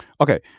Okay